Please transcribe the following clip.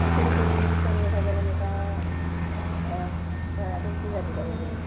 पाचशे रुपये सर्वसाधारण एका घरातून निघाली पाहिजे